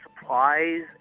supplies